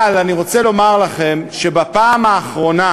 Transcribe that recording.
אבל אני רוצה לומר לכם שבפעם האחרונה,